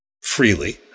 freely